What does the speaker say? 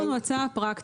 יש לנו הצעה פרקטית.